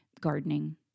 gardening